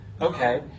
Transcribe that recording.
Okay